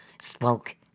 spoke